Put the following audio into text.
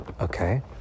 okay